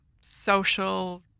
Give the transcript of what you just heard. social